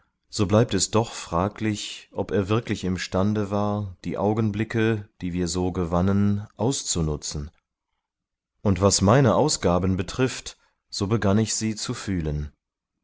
so bleibt es doch fraglich ob er wirklich imstande war die augenblicke die wir so gewannen auszunutzen und was meine ausgaben betrifft so begann ich sie zu fühlen